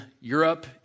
Europe